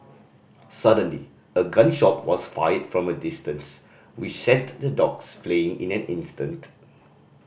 suddenly a gun shot was fired from a distance which sent the dogs fleeing in an instant